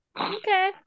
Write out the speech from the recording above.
Okay